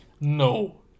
no